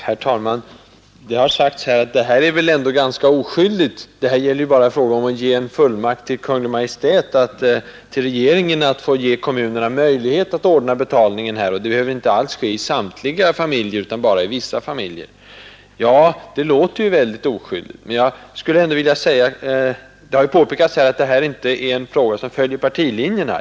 Herr talman! Det har sagts att det här förslaget väl är ganska oskyldigt; det gäller ju bara att lämna Kungl. Maj:t en fullmakt att ge kommunerna möjlighet att ordna betalningen på annat sätt, och det behöver inte alls gälla samtliga familjer utan bara vissa. Ja, det låter ju väldigt oskyldigt. Det har påpekats här att denna fråga inte följer partilinjerna.